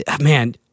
Man